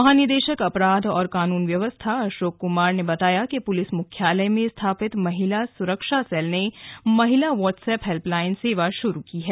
महानिदेशक अपराध और कानून व्यवस्था अशोक कुमार ने बताया कि पुलिस मुख्यालय में स्थापित महिला सुरक्षा सेल में महिला व्हाट्सएप हेल्पलाइन सेवा शुरू की गयी है